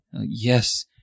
yes